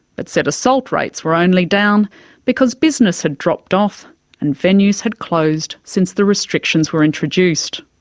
but said assault rates were only down because business had dropped off and venues had closed since the restrictions were introduced.